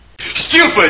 Stupid